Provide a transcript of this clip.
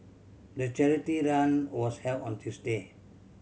the charity run was held on Tuesday